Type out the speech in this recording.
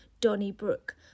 Donnybrook